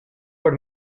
por